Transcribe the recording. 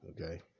okay